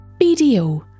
BDO